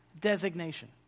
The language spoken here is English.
designation